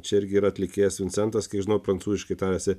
čia irgi yra atlikėjas vincentas kai žinau prancūziškai tariasi